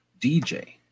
DJ